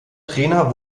trainer